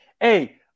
Hey